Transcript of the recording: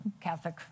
Catholic